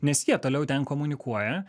nes jie toliau ten komunikuoja